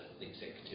executive